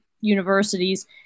universities